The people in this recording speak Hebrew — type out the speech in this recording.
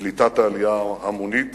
קליטת העלייה ההמונית